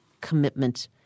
commitment